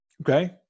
Okay